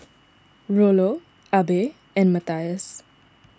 Rollo Abe and Matthias